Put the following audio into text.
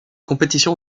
compétition